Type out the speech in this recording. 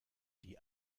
die